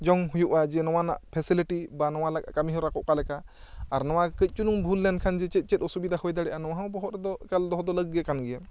ᱡᱚᱝ ᱦᱩᱭᱩᱜᱼᱟ ᱱᱚᱣᱟ ᱱᱟᱜ ᱯᱷᱮᱥᱮᱞᱤᱴᱤ ᱵᱟ ᱱᱚᱣᱟ ᱞᱟᱜᱟᱫ ᱠᱟᱹᱢᱤ ᱦᱚᱨᱟ ᱠᱚ ᱚᱠᱟ ᱞᱮᱠᱟ ᱟᱨ ᱱᱚᱣᱟ ᱠᱟᱹᱡ ᱪᱩᱞᱩᱝ ᱵᱷᱩᱞᱮᱱ ᱠᱷᱟᱱ ᱪᱮᱫ ᱪᱮᱫ ᱚᱥᱩᱵᱤᱫᱟ ᱦᱩᱭ ᱫᱟᱲᱮᱭᱟᱜᱼᱟ ᱱᱚᱣᱟ ᱦᱚᱸ ᱵᱚᱦᱚᱜ ᱨᱮᱫᱚ ᱫᱚᱦᱚ ᱫᱚ ᱮᱠᱟᱞ ᱞᱟᱹᱠ ᱜᱮ ᱠᱟᱱ ᱜᱮᱭᱟ